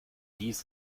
dies